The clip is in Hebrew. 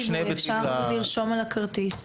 אפשר לרשום על הכרטיס,